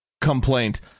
complaint